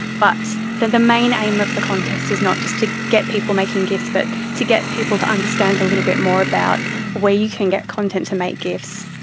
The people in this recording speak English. but the the main aim of the contest is not just to get people making gifs but to get people to understand a little bit more about where you can get content to make gifs,